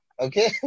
Okay